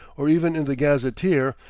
or even in the gazetteer,